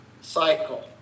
cycle